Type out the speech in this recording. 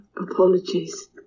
apologies